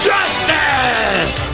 Justice